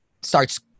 starts